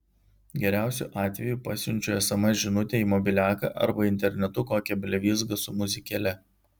geriausiu atveju pasiunčiu sms žinutę į mobiliaką arba internetu kokią blevyzgą su muzikėle